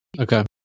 Okay